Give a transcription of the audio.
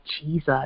Jesus